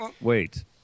Wait